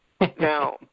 Now